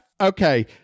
Okay